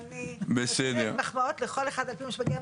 אני נותנת מחמאות לכל אחד על פי מה שמגיע.